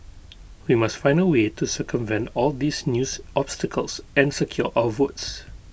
we must find A way to circumvent all these news obstacles and secure our votes